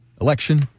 election